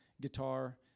guitar